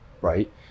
right